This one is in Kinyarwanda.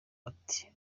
ati